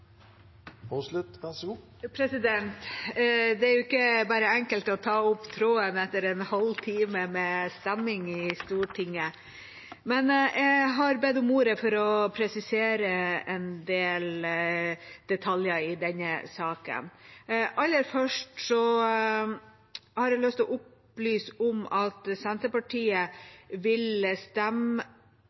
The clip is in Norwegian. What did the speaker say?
Det er ikke bare enkelt å ta opp tråden etter en halv time med avstemning i Stortinget. Men jeg har bedt om ordet for å presisere en del detaljer i denne saken. Aller først har jeg lyst til å opplyse om at Senterpartiet vil stemme